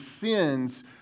sins